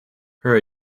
her